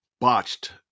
botched